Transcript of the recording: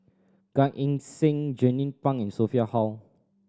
Gan Eng Seng Jernnine Pang and Sophia Hull